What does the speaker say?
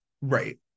Right